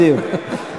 בדיוק.